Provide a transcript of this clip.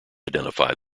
identify